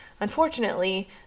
Unfortunately